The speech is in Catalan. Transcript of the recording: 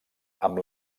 amb